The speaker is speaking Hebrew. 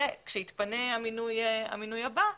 וכשיתפנה המינוי הבא,